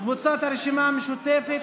קבוצת סיעת הרשימה המשותפת,